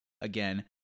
again